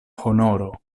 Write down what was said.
honoro